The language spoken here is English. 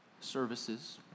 services